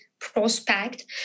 prospect